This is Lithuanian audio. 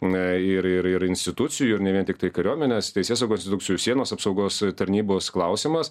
na ir ir ir institucijų ir ne vien tiktai kariuomenės teisėsaugos institukcijų sienos apsaugos e tarnybos klausimas